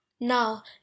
now